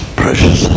precious